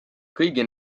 kõigi